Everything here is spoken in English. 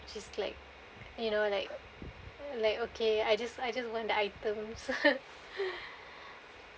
which is like you know like like okay I just I just want the items